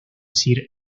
sir